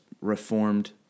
Reformed